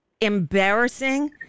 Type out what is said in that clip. embarrassing